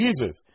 Jesus